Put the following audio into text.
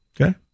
Okay